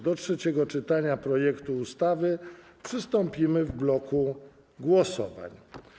Do trzeciego czytania projektu ustawy przystąpimy w bloku głosowań.